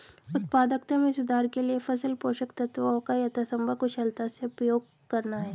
उत्पादकता में सुधार के लिए फसल पोषक तत्वों का यथासंभव कुशलता से उपयोग करना है